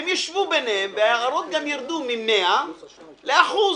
הם יישבו ביניהם וההערות גם ירדו מ-100% ל-1%,